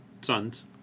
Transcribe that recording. sons